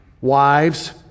wives